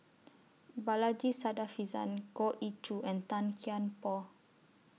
Balaji Sadasivan Goh Ee Choo and Tan Kian Por